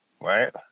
right